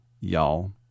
y'all